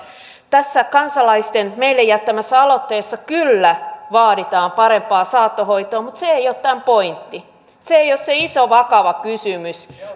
tässä kansalaisten meille jättämässä aloitteessa kyllä vaaditaan parempaa saattohoitoa mutta se ei ole tämän pointti se ei ole se iso vakava kysymys